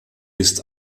ist